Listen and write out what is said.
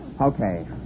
Okay